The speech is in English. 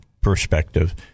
perspective